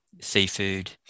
seafood